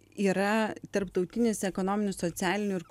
yra tarptautinis ekonominių socialinių ir